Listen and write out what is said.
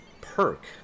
perk